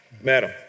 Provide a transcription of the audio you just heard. Madam